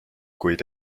kuid